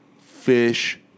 fish